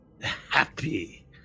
happy